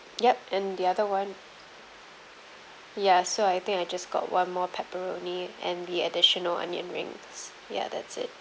yup and the other one ya so I think I just got one more pepperoni and the additional onion rings ya that's it